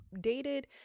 dated